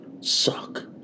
suck